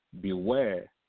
beware